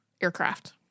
aircraft